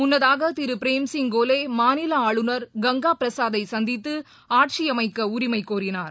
முன்னதாதிருபிரேம் சிங் கோலே மாநிலஆளுநர் கங்காபிரசாதைசந்தித்துஅட்சியமைக்கக் உரிமைகோரினார்